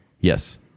Yes